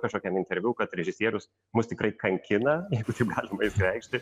kažkokiam interviu kad režisierius mus tikrai kankina jeigu taip galima išsireikšti